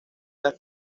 las